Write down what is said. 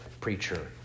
preacher